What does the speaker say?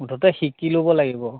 মুঠতে শিকি ল'ব লাগিব